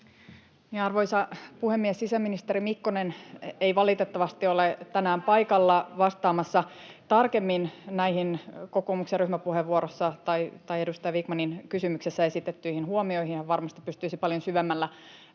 Arvoisa puhemies! Sisäministeri Mikkonen ei valitettavasti ole tänään paikalla [Sofia Vikman: Kysyin pääministeriltä!] vastaamassa tarkemmin näihin kokoomuksen ryhmäpuheenvuorossa tai edustaja Vikmanin kysymyksessä esitettyihin huomioihin. Hän varmasti pystyisi paljon syvemmällä